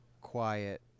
quiet